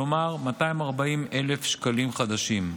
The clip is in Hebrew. כלומר 240,000 שקלים חדשים.